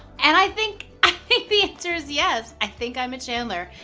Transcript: and i think i think the answer is yes. i think i'm a chandler.